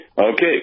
Okay